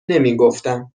نمیگفتم